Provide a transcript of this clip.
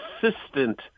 consistent